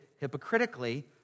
hypocritically